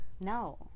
no